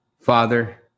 Father